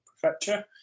Prefecture